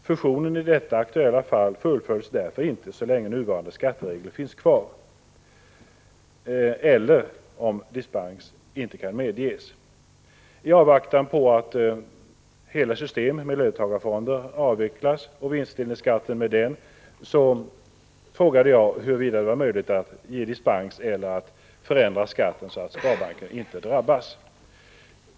Fusionen i detta aktuella fall fullföljs därför inte så länge nuvarande skatteregler finns kvar eller om dispens inte kan medges. I avvaktan på att hela systemet med löntagarfonder avvecklas och vinstdelningsskatten med den frågade jag huruvida det var möjligt att ge dispens eller att förändra skatten så att sparbanker inte drabbas.